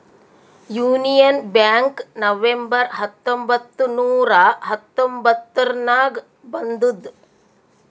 union Bank November ಹತ್ತೊಂಬತ್ತ್ ನೂರಾ ಹತೊಂಬತ್ತುರ್ನಾಗ್ ಬಂದುದ್